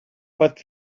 but